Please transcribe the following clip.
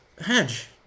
Hedge